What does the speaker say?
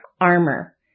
armor